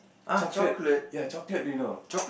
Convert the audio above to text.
chocolate ya chocolate you know